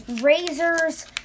razors